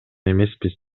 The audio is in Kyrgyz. эмеспиз